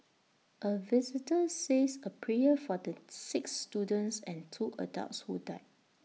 A visitor says A prayer for the six students and two adults who died